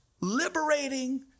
liberating